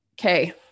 okay